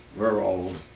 were old.